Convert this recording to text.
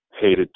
hated